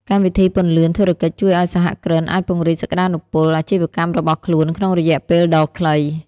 កម្មវិធីពន្លឿនធុរកិច្ចជួយឱ្យសហគ្រិនអាចពង្រីកសក្ដានុពលអាជីវកម្មរបស់ខ្លួនក្នុងរយៈពេលដ៏ខ្លី។